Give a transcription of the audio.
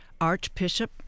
archbishop